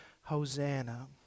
Hosanna